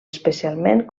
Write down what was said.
especialment